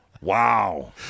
Wow